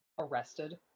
Arrested